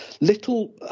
Little